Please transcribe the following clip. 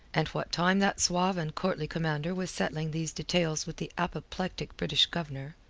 and what time that suave and courtly commander was settling these details with the apoplectic british governor,